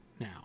now